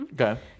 Okay